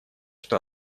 что